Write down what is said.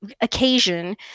occasion